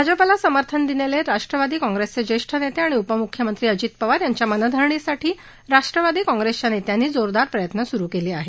भाजपाला समर्थन दिलेले राष्ट्रवादी काँग्रेसचे ज्येष्ठ नेते आणि उपम्ख्यमंत्री अजित पवार यांच्या मनधरणीसाठी राष्ट्रवादी काँग्रेसच्या नेत्यांनी जोरदार प्रयत्न सुरू केले आहेत